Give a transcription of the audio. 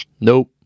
Nope